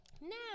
Now